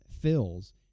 fills